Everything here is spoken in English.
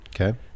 okay